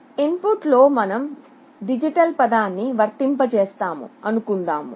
in foot లోమనం digital పదాన్ని వర్తింపజేస్తాము అనుకుందాము